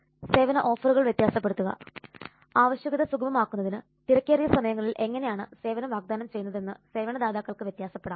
സേവന ഓഫറുകൾ വ്യത്യസ്തപെടുത്തുക ആവശ്യകത സുഗമമാക്കുന്നതിന് തിരക്കേറിയ സമയങ്ങളിൽ എങ്ങനെയാണ് സേവനം വാഗ്ദാനം ചെയ്യുന്നതെന്ന് സേവനദാതാക്കൾക്ക് വ്യത്യാസപ്പെടാം